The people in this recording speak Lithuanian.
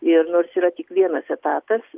ir nors yra tik vienas etatas